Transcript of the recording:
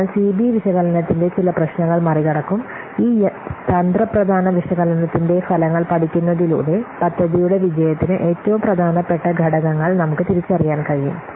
അതിനാൽ സിബി വിശകലനത്തിന്റെ ചില പ്രശ്നങ്ങൾ മറികടക്കും ഈ തന്ത്രപ്രധാന വിശകലനത്തിന്റെ ഫലങ്ങൾ പഠിക്കുന്നതിലൂടെ പദ്ധതിയുടെ വിജയത്തിന് ഏറ്റവും പ്രധാനപ്പെട്ട ഘടകങ്ങൾ നമുക്ക് തിരിച്ചറിയാൻ കഴിയും